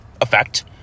effect